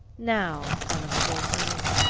now, son of the volsungs,